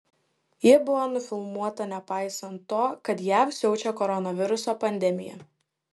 ji buvo nufilmuota nepaisant to kad jav siaučia koronaviruso pandemija